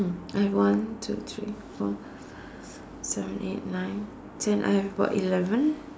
I have one two three four five seven eight nine ten I have about eleven